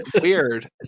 weird